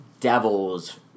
Devils